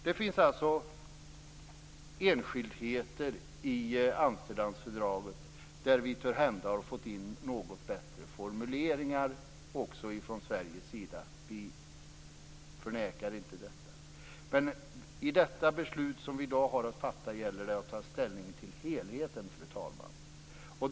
Det finns alltså enskildheter i Amsterdamfördraget där vi från Sveriges sida törhända har fått in något bättre formuleringar. Vi förnekar inte detta. Men i beslutet vi har att fatta i dag gäller det att ta ställning till helheten, fru talman.